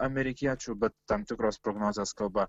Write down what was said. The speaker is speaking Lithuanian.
amerikiečių bet tam tikros prognozės kalba